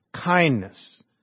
kindness